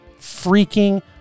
freaking